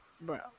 bro